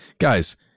guys